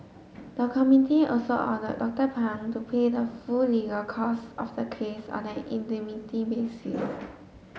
the committee also order Doctor Pang to pay the full legal costs of the case on an indemnity basis